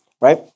Right